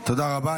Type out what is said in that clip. תודה רבה.